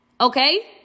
okay